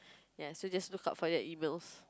ya so just look out for their Emails